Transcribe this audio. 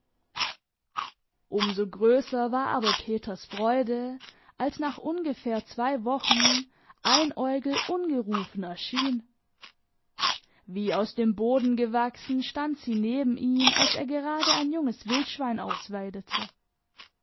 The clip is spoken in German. so größer war aber peters freude als nach ungefähr zwei wochen einäugel ungerufen erschien wie aus dem boden gewachsen stand sie neben ihm als er gerade ein junges wildschwein ausweidete